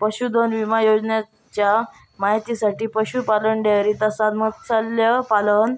पशुधन विमा योजनेच्या माहितीसाठी पशुपालन, डेअरी तसाच मत्स्यपालन